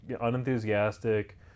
unenthusiastic